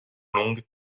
long